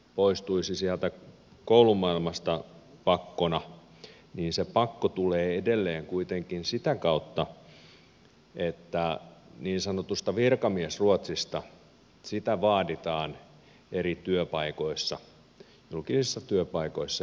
poistuisi sieltä koulumaailmasta pakkona niin se pakko tulee edelleen kuitenkin sitä kautta että niin sanottua virkamiesruotsia vaaditaan eri työpaikoissa julkisissa työpaikoissa